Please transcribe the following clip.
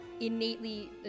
innately